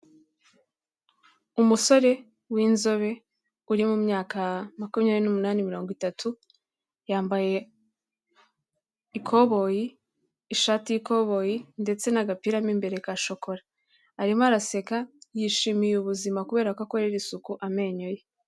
Umusore w'inzobe uri mu myaka makumyabiri n'umunani, mirongo itatu, yambaye ikoboyi, ishati y'ikoboyi ndetse n'agapira mo imbere ka shokora, arimo araseka yishimiye ubuzima kubera ko akorera isuku amenyo ye.